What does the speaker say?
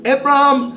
Abraham